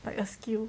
like a skill